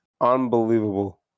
unbelievable